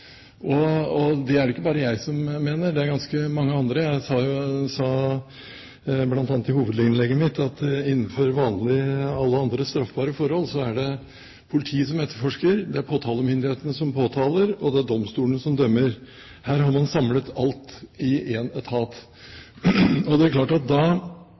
Det er det ikke bare jeg som mener, det er det ganske mange andre som mener. Jeg sa i hovedinnlegget mitt at alle andre straffbare forhold er det politiet som etterforsker. Det er påtalemyndigheten som påtaler, og det er domstolene som dømmer. Her har man samlet alt i én etat. Da vil jeg ta ganske sterkt avstand fra det med en tone av mistillit. Det er